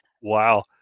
wow